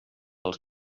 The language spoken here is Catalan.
als